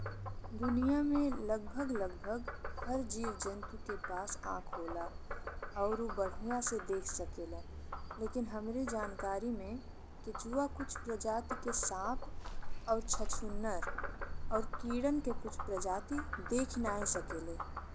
दुनिया में लगभग लगभग हर जीव जंतु के पास आँख होला। और ऊ बढ़िया से देख सकेला, लेकिन हमरे जानकारी में केचुआ, कुछ प्रकार के साँप और छछूंदर और केगन के कुछ प्रजाति देख नहीं सकेले।